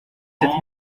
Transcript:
sept